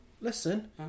Listen